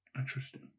interesting